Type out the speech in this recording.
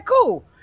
cool